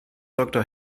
doktor